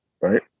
right